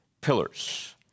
pillars